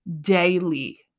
daily